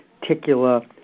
particular